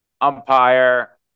umpire